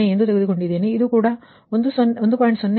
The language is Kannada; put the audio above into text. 0 ಎಂದು ತೆಗೆದುಕೊಂಡಿದ್ದೇನೆ ಇದು ಕೂಡ 1